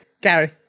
Gary